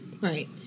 Right